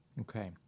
Okay